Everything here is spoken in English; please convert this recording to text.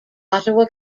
ottawa